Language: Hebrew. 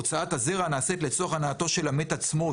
הוצאת הזרע נעשית לצורך הנאתו של המת עצמו,